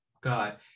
God